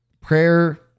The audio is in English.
Prayer